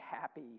happy